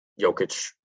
Jokic